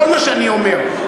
כל מה שאני אומר,